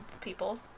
people